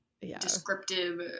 descriptive